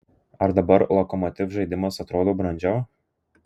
ar dabar lokomotiv žaidimas atrodo brandžiau